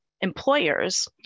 employers